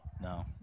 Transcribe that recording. no